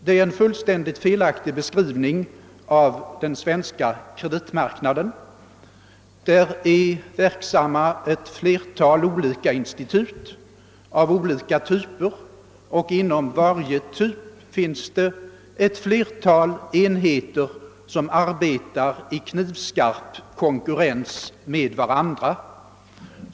Detta är en fullständigt felaktig beskrivning av den svenska kreditmarknaden. Flera institut av olika typer är där verksamma och inom varje typ finns många enheter som arbetar i knivskarp konkurrens med varandra.